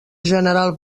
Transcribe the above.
general